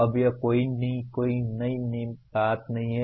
अब यह कोई नई बात नहीं है